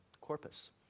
corpus